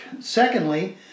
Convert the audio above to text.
Secondly